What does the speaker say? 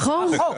בחוק.